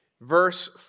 verse